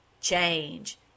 change